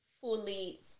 fully